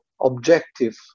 objective